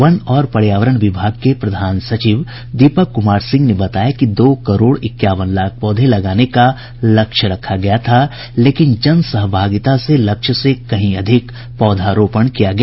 one और पर्यावरण विभाग के प्रधान सचिव दीपक कुमार सिंह ने बताया दो करोड़ इक्यावन लाख पौधे लगाने का लक्ष्य रखा गया था लेकिन जन सहभागिता से लक्ष्य से कहीं अधिक पौधारोपण किया गया